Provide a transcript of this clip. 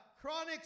chronic